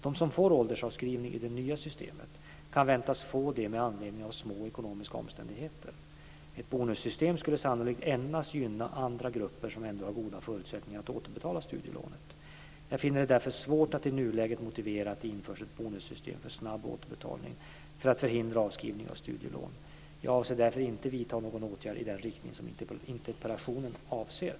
De som får åldersavskrivning i det nya systemet kan väntas få det med anledning av små ekonomiska omständigheter. Ett bonussystem skulle sannolikt endast gynna andra grupper som ändå har goda förutsättningar att återbetala studielånen. Jag finner det därför svårt att i nuläget motivera att det införs ett bonussystem för snabb återbetalning för att förhindra avskrivning av studielån. Jag avser därför inte att vidta någon åtgärd i den riktning som interpellationen avser.